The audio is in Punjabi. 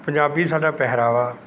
ਪੰਜਾਬੀ ਸਾਡਾ ਪਹਿਰਾਵਾ